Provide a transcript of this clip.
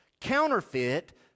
counterfeit